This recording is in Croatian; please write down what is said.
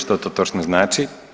Što to točno znači?